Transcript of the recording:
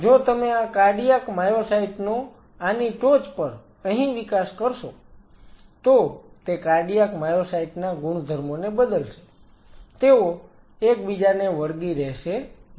અને જો તમે આ કાર્ડિયાક માયોસાઈટ નો આની ટોચ પર અહીં વિકાસ કરશો તો તે કાર્ડિયાક માયોસાઈટ ના ગુણધર્મોને બદલશે તેઓ એકબીજાને વળગી રહેશે નહીં